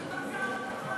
אבל,